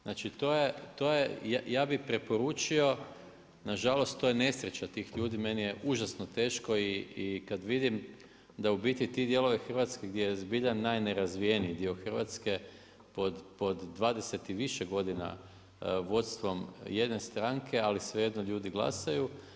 Znači to je, ja bi preporučio, nažalost to je nesreća tih ljudi, meni je užasno teško i kad vidim, da u biti te dijelove Hrvatske gdje je zbilja najnerazvijeniji dio Hrvatske, pod 20 i više godina vodstvom jedne stranke, ali svejedno ljudi glasuju.